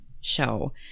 show